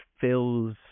fills